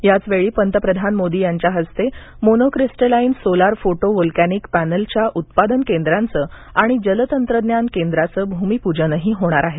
याचवेळी पंतप्रधान मोदी यांच्या हस्ते मोनोक्रिस्टलाईन सोलार फोटो व्होल्कॅनिक पॅनेलच्या उत्पादन केंद्राचं आणि जल तंत्रज्ञान केंद्राचं भूमिपूजनही होणार आहे